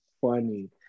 funny